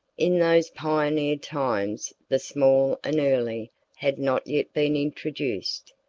in those pioneer times the small and early had not yet been introduced,